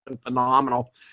phenomenal